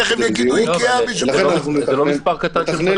תיכף יגידו איקאה --- זה לא מספר קטן של חנויות.